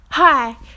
Hi